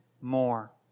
more